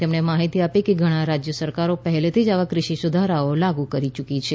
તેમણે માહિતી આપી કે ઘણી રાજ્ય સરકારો પહેલેથી જ આવા ક઼ષિ સુધારાઓ લાગુ કરી ચૂકી છે